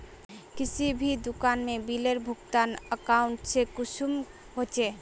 किसी भी दुकान में बिलेर भुगतान अकाउंट से कुंसम होचे?